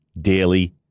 daily